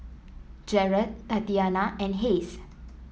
Jarret Tatiana and Hayes